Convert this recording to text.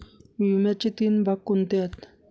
विम्याचे तीन भाग कोणते आहेत?